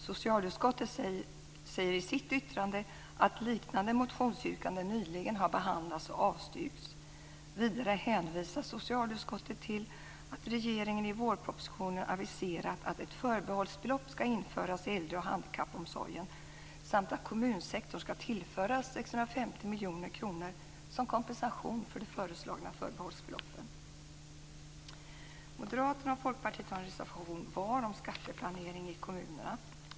Socialutskottet säger i sitt yttrande att liknande motionsyrkanden nyligen har behandlats och avstyrkts. Vidare hänvisar socialutskottet till att regeringen i vårpropositionen aviserat att ett förbehållsbelopp ska införas i äldre och handikappomsorgen samt att kommunsektorn ska tillföras 650 miljoner kronor som kompensation för det föreslagna förbehållsbeloppet. Moderaterna och Folkpartiet har en reservation var om skatteplanering i kommunerna.